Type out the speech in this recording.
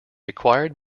acquired